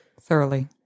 thoroughly